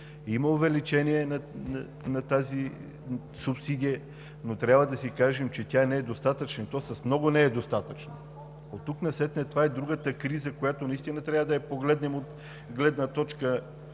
Има увеличение на тази субсидия, но трябва да си кажем, че тя не е достатъчна, и то с много не е достатъчна. Оттук насетне това е другата криза, която наистина трябва да видим от гледна точка